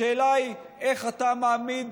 השאלה היא איך אתה מעמיד